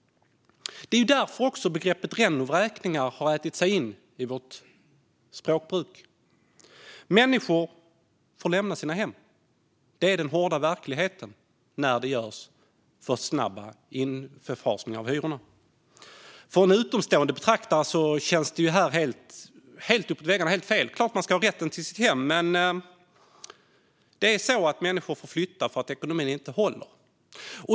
Det är också därför begreppet renovräkningar har ätit sig in i vårt språkbruk. Människor får lämna sina hem - det är den hårda verkligheten när det görs för snabba infasningar av hyrorna. För en utomstående betraktare känns detta helt uppåt väggarna och helt fel. Det är klart att man ska ha rätten till sitt hem. Men människor får flytta för att ekonomin inte håller.